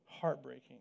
heartbreaking